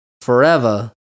forever